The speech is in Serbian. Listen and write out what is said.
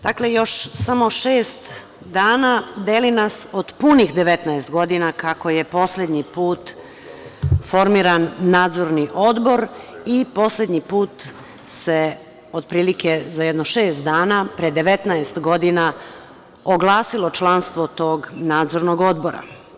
Dakle, još samo šest dana deli nas od punih 19 godina kako je poslednji put formiran Nadzorni odbor i poslednji put se, otprilike, za jedno šest dana pre 19 godina oglasilo članstvo tog Nadzornog odbora.